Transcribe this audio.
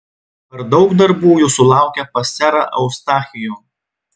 ar daug darbų jūsų laukia pas serą eustachijų